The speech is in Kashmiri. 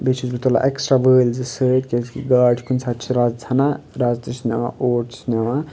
بیٚیہِ چھُس بہٕ تُلان ایٚکٕسٹرٛا وٲلۍ زٕ سۭتۍ کیٛازِکہِ گاڈٕ چھِ کُنہِ ساتہٕ چھِ رَز ژھنان رَز تہِ چھِ نِوان اوٹ چھُس نِوان